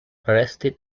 arrested